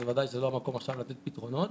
אז בוודאי שזה לא המקום עכשיו לתת פתרונות,